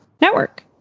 Network